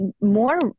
more